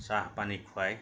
চাহ পানী খুৱাই